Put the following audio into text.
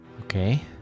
Okay